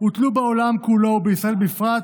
הוטלו בעולם כולו, ובישראל בפרט,